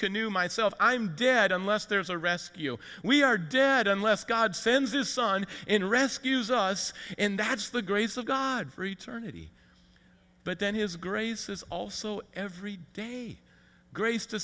canoe myself i'm dead unless there's a rescue we are dead unless god sends his son in rescues us and that's the grace of god for eternity but then his grace is also every day grace to